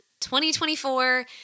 2024